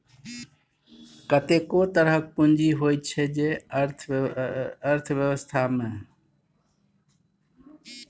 कतेको तरहक पुंजी होइ छै अर्थबेबस्था मे